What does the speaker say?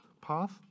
path